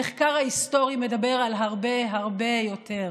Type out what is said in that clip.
המחקר ההיסטורי מדבר על הרבה הרבה יותר.